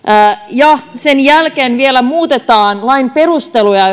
ja sen jälkeen vielä muutetaan lain perusteluja